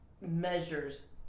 measures